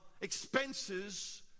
expenses